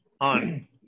on